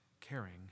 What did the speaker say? caring